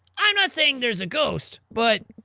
i'm not saying there's a ghost but,